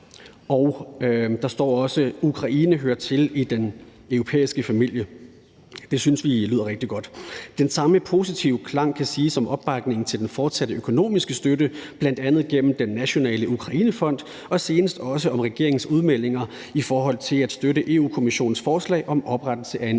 Der står også: »Ukraine hører med i den europæiske familie.« Det synes vi lyder rigtig godt. Kl. 14:57 Den samme positive klang kan høres i forhold om opbakningen til den fortsatte økonomiske støtte, bl.a. gennem den nationale Ukrainefond, og senest også om regeringens udmeldinger i forhold til at støtte Europa-Kommissionens forslag om oprettelse af en Ukrainefacilitet,